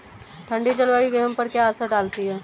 ठंडी जलवायु गेहूँ पर क्या असर डालती है?